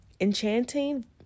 Enchanting